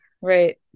right